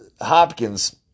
Hopkins